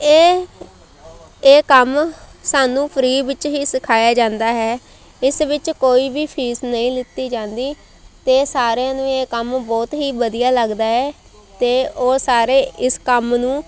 ਇਹ ਇਹ ਕੰਮ ਸਾਨੂੰ ਫ੍ਰੀ ਵਿੱਚ ਹੀ ਸਿਖਾਇਆ ਜਾਂਦਾ ਹੈ ਇਸ ਵਿੱਚ ਕੋਈ ਵੀ ਫੀਸ ਨਹੀਂ ਲਿੱਤੀ ਜਾਂਦੀ ਅਤੇ ਸਾਰਿਆਂ ਨੂੰ ਇਹ ਕੰਮ ਬਹੁਤ ਹੀ ਵਧੀਆ ਲੱਗਦਾ ਹੈ ਅਤੇ ਉਹ ਸਾਰੇ ਇਸ ਕੰਮ ਨੂੰ